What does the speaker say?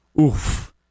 Oof